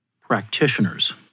practitioners